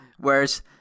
Whereas